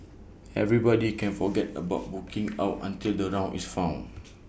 everybody can forget about booking out until the round is found